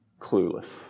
clueless